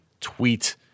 tweet